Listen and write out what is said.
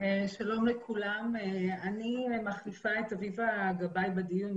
שלום לכולם, אני מחליפה את אביבה גבאי בדיון.